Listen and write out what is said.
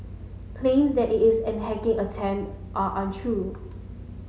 claims that it is a hacking attempt are untrue